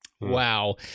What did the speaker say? Wow